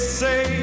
say